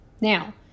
Now